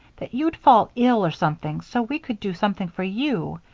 that you'd fall ill, or something so we could do something for you.